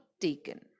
Taken